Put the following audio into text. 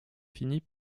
finit